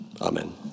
Amen